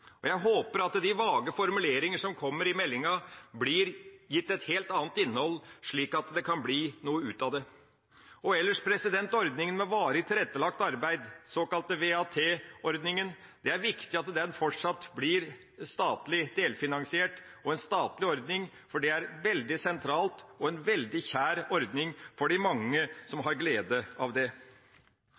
viktig. Jeg håper at de vage formuleringene som kommer i meldingsdelen, blir gitt et helt annet innhold, slik at det kan bli noe ut av det. Ellers: Når det gjelder ordningen med varig tilrettelagt arbeid, den såkalte VTA-ordninga, er det viktig at den fortsatt blir statlig delfinansiert og er en statlig ordning. Det er veldig sentralt, og en veldig kjær ordning for de mange som har glede av det.